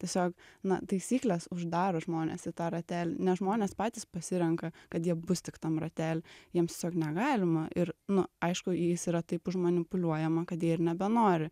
tiesiog na taisyklės uždaro žmones į tą ratelį ne žmonės patys pasirenka kad jie bus tik tam rately jiems tiesiog negalima ir nu aišku jais yra taip užmanipuliuojama kad jie ir nebenori